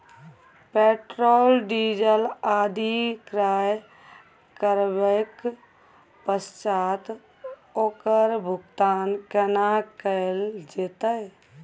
Petrol, diesel आदि क्रय करबैक पश्चात ओकर भुगतान केना कैल जेतै?